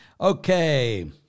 Okay